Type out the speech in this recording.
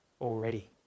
already